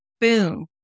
Boom